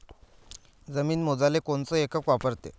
जमीन मोजाले कोनचं एकक वापरते?